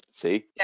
See